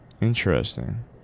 Interesting